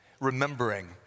remembering